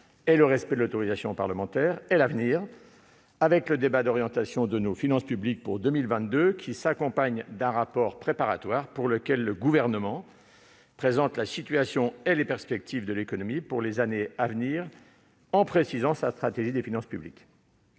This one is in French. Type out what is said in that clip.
et le respect de l'autorisation parlementaire, et à celui de l'avenir, avec le débat d'orientation de nos finances publiques pour 2022, qui s'accompagne d'un rapport préparatoire, dans lequel le Gouvernement présente la situation et les perspectives de l'économie pour les années à venir, en précisant sa stratégie en matière de finances publiques.